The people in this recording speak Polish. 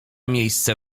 miejsce